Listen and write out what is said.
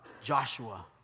Joshua